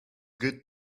good